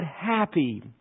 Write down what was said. happy